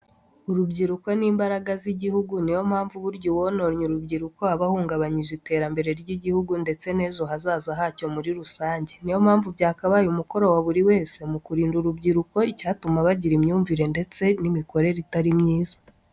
Urubyiruko ni imbaraga z'igihugu, niyo mpamvu burya uwononnye urubyiruko aba ahungabanyije iterambere ry'igihugu ndetse n'ejo hazaza hacyo muri rusange. Niyo mpamvu byakabaye umukori wa buri wese mu kurinda urubyiruko icyatuma bagira imyumvire ndetse n'imikorere itari myiza.